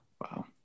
Wow